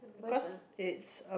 where is the